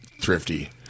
thrifty